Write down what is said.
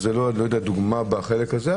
אז לא יודע אם זו דוגמה בחלק הזה,